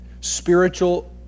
spiritual